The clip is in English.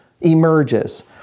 emerges